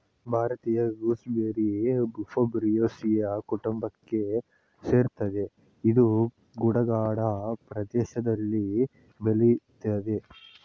ಭಾರತೀಯ gooseberry ಯುಫೋರ್ಬಿಯಾಸಿಯ ಕುಟುಂಬಕ್ಕೆ ಸೇರ್ತದೆ ಇದು ಗುಡ್ಡಗಾಡು ಪ್ರದೇಷ್ದಲ್ಲಿ ಬೆಳಿತದೆ